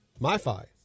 MiFi